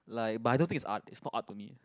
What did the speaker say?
like but I don't think is art is not art to me